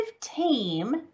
team